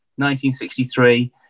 1963